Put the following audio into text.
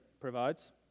provides